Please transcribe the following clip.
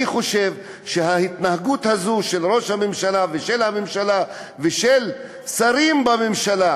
אני חושב שההתנהגות הזאת של ראש הממשלה ושל הממשלה ושל שרים בממשלה,